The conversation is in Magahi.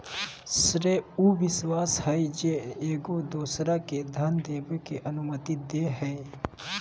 श्रेय उ विश्वास हइ जे एगो दोसरा के धन देबे के अनुमति दे हइ